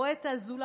רואה את הזולת,